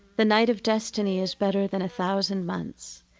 the night of destiny is better than a thousand months.